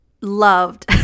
loved